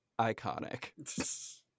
iconic